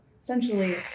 essentially